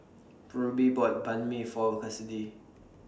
Ruby bought Banh MI For Kassidy